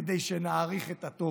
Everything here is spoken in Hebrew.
כדי שנעריך את הטוב.